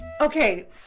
okay